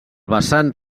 vessant